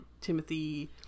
timothy